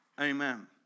Amen